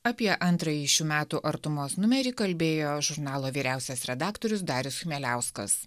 apie antrąjį šių metų artumos numerį kalbėjo žurnalo vyriausias redaktorius darius chmieliauskas